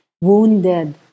wounded